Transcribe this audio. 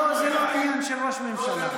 לא, זה לא עניין של ראש ממשלה.